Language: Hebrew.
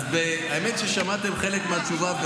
האמת ששמעתם חלק מהתשובה,